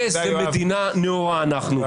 איזו מדינה נאורה אנחנו.